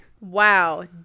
Wow